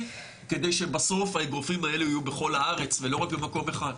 כדי שבסוף האגרופים האלה יהיו בכל הארץ ולא רק במקום אחד.